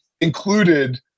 included